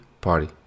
party